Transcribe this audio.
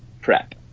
prep